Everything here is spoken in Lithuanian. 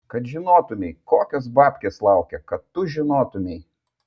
kad žinotumei kokios babkės laukia kad tu žinotumei